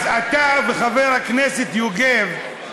אז אתה וחבר הכנסת יוגב,